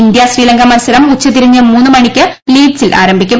India Sri Lanka മത്സരം ഉച്ച തിരിഞ്ഞ് മൂന്ന് മണിക്ക് ലീഡ്സിൽ ആരംഭിക്കും